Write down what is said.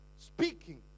speaking